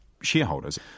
shareholders